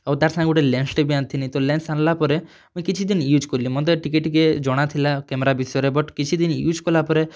ଆଉ ତାର ସାଙ୍ଗ ଗୋଟେ ଲେନ୍ସଟେ ବି ଆଣିଥିନି ତ ଲେନ୍ସ ଆଣିଲା ପରେ ମୁଇଁ କିଛି ଦିନ ଇଉଜ କଲି ମତେ ଟିକେ ଟିକେ ଜଣାଥିଲା କ୍ୟାମେରା ବିଷୟରେ ବଟ କିଛି ଦିନ ଇଉଜ କଲା ପରେ